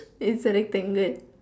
is a rectangle